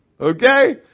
Okay